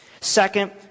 Second